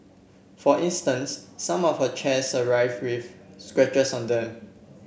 for instance some of her chairs arrived with scratches on them